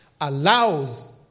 allows